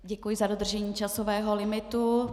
Děkuji za dodržení časového limitu.